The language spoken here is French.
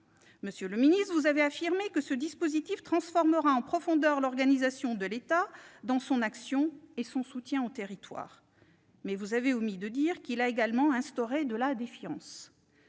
Monsieur le ministre, vous avez affirmé que ce dispositif transformera en profondeur l'organisation de l'État dans son action et son soutien aux territoires, mais vous avez omis de dire qu'il suscite également de la défiance.